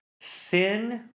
sin